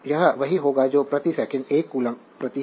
तो यह वही होगा जो प्रति सेकंड 1 कोलोम्बस प्रति है